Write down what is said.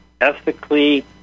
ethically